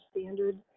standard